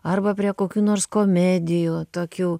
arba prie kokių nors komedijų tokių